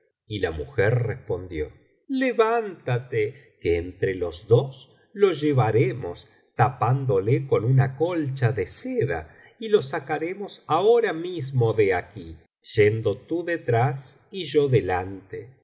y la mujer respondió levántate que entre los dos lo llevaremos tapándole con una colcha de seda y lo sacaremos ahora mismo de aquí yendo tú detrás y yo delante